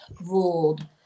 ruled